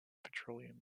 petroleum